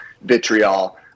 vitriol